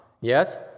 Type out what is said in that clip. Yes